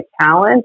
talent